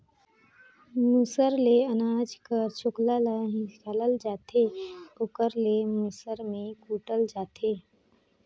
मूसर ले अनाज कर छोकला ल हिंकालल जाथे ओकरे ले मूसर में कूटल जाथे